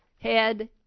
head